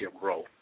grow